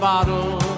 Bottle